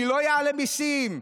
אני לא אעלה מיסים.